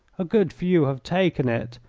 a good few have taken it,